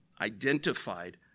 identified